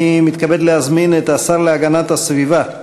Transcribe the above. אני מתכבד להזמין את השר להגנת הסביבה,